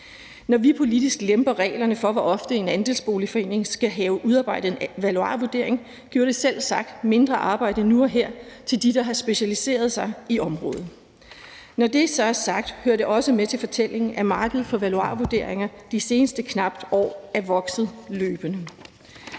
Når vi politisk lemper reglerne for, hvor ofte en andelsboligforening skal have udarbejdet en valuarvurdering, giver det selvsagt mindre arbejde nu og her til dem, der har specialiseret sig på området. Når det er sagt, hører det også med til fortællingen, at markedet for valuarvurderinger det seneste års tid er vokset løbende.